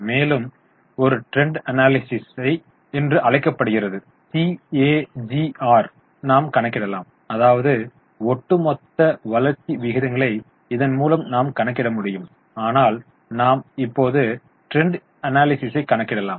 மேலும் இது trend analysis என்று அழைக்கப்படுகிறது CAGR ஐ நாம் கணக்கிடலாம் அதாவது ஒட்டுமொத்த வளர்ச்சி விகிதங்களை இதன் மூலம் நாம் கணக்கிட முடியும் ஆனால் நாம் இப்போது ட்ரெண்ட் அனாலிசிஸ் கணக்கிடலாம்